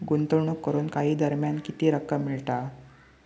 गुंतवणूक करून काही दरम्यान किती रक्कम मिळता?